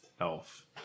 elf